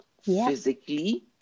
physically